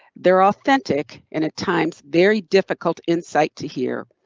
they're authentic and at times very difficult insight to hear,